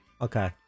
Okay